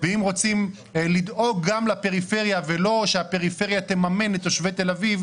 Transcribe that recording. ואם רוצים לדאוג גם לפריפריה ולא שהפריפריה תממן את תושבי תל אביב,